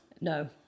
No